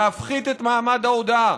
להפחית את מעמד ההודאה,